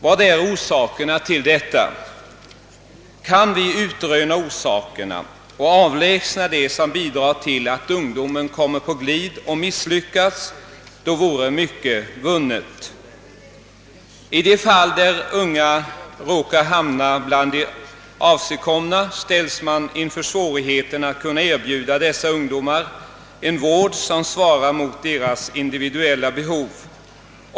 Vilka är orsakerna till detta? Kunde vi utröna dem och avlägsna det som bidrar till att ungdom kommer på glid och misslyckas vore mycket vunnet. I de fall där unga råkar hamna bland de avsigkomna ställs man inför svårigheten att erbjuda dem en vård som svarar mot deras individuella behov.